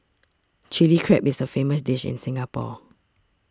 Chilli Crab is a famous dish in Singapore